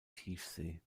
tiefsee